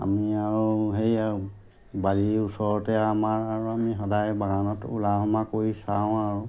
আমি আৰু সেই আৰু বাৰীৰ ওচৰতে আমাৰ আৰু আমি সদায় বাগানত ওলোৱা সোমাৱা কৰি চাওঁ আৰু